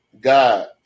God